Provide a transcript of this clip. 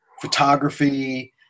photography